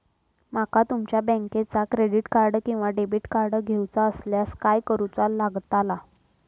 माका तुमच्या बँकेचा क्रेडिट कार्ड किंवा डेबिट कार्ड घेऊचा असल्यास काय करूचा लागताला?